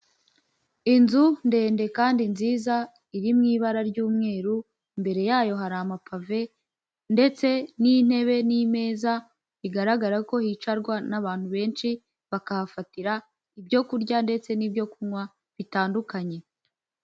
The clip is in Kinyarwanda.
Inzu ndende kandi nziza iri mu ibara ry'umweru, imbere yayo hari amapave ndetse n'intebe n'imeza, bigaragara ko hicarwa n'abantu benshi, bakahafatira ibyo kurya ndetse n'ibyo kunywa bitandukanye.